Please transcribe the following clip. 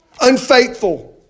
Unfaithful